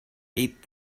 eight